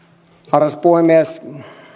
arvoisa puhemies